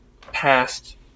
past